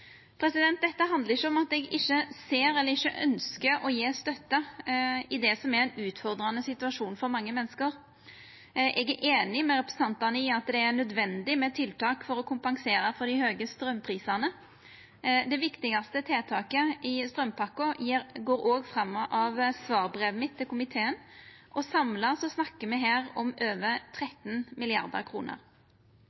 Dette handlar ikkje om at eg ikkje ser folk, eller ikkje ønskjer å gje støtte i det som er ein utfordrande situasjon for mange menneske. Eg er einig med representantane i at det er nødvendig med tiltak for å kompensera for dei høge straumprisane. Det viktigaste tiltaket i straumpakka går òg fram av svarbrevet mitt til komiteen. Samla snakkar me her om over